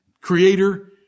creator